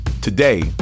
Today